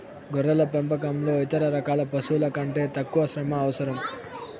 గొర్రెల పెంపకంలో ఇతర రకాల పశువుల కంటే తక్కువ శ్రమ అవసరం